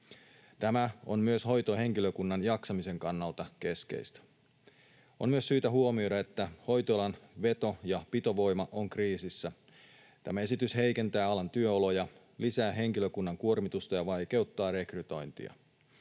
Tämä on myös hoitohenkilökunnan jaksamisen kannalta keskeistä. On myös syytä huomioida, että hoitoalan veto- ja pitovoima on kriisissä. Tämä esitys heikentää alan työoloja, lisää henkilökunnan kuormitusta ja vaikeuttaa rekrytointia.